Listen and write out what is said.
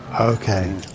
Okay